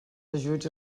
ajuts